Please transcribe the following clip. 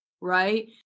right